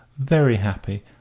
very happy,